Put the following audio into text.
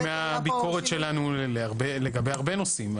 זה חלק מהביקורת שלנו לגבי הרבה מהנושאים.